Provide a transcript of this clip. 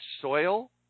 soil